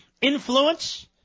influence